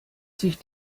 sich